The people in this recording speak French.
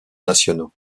nationaux